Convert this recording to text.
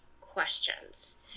questions